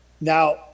Now